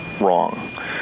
wrong